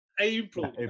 April